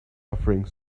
offering